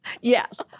Yes